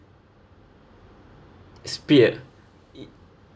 spear uh